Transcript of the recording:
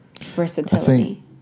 versatility